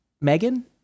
Megan